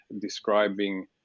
describing